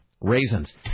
Raisins